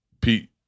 Pete